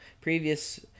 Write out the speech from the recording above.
previous